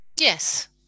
Yes